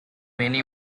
many